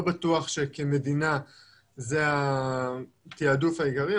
באוכלוסיות אחרות ולא בטוח שכמדינה זה התעדוף העיקרי.